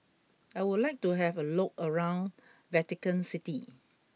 I would like to have a look around Vatican City